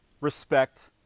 Respect